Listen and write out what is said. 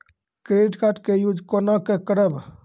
Credit card के use कोना के करबऽ?